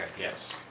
yes